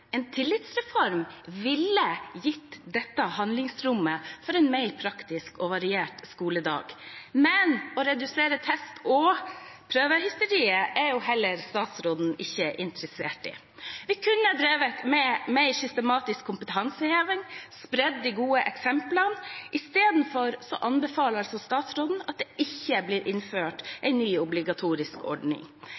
En tillitsreform ville gitt handlingsrom for en mer praktisk og variert skoledag. Å redusere test- og prøvehysteriet er jo statsråden heller ikke interessert i. Vi kunne drevet med mer systematisk kompetanseheving, spredd de gode eksemplene. Isteden anbefaler statsråden at det ikke blir innført